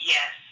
Yes